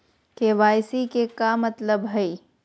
KYC के का मतलब हई?